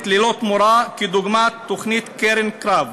ללא תמורה כדוגמת תוכניות "קרן קרב".